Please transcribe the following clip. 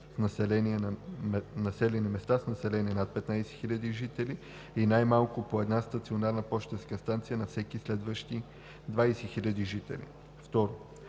в населени места с население над 15 000 жители и най-малко по една стационарна пощенска станция на всеки следващи 20 000 жители.“ 2.